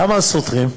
למה סותרים?